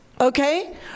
Okay